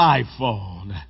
iPhone